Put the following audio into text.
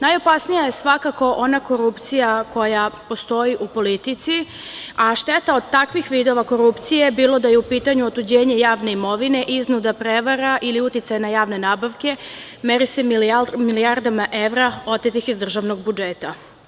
Najopasnija je svakako ona korupcija koja postoji u politici, a šteta od takvih vidova korupcije, bilo je da je u pitanju otuđenje javne imovine, iznuda, prevara ili uticaj na javne nabavke, mere se milijardama evra otetih iz državnog budžeta.